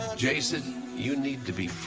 ah jason, you need to be